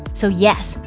so yes,